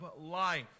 life